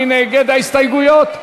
מי נגד ההסתייגויות?